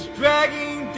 dragging